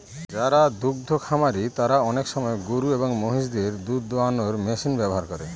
যারা দুদ্ধ খামারি তারা আনেক সময় গরু এবং মহিষদের দুধ দোহানোর মেশিন ব্যবহার করে